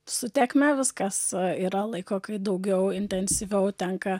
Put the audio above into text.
su tėkme viskas yra laiko kai daugiau intensyviau tenka